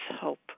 hope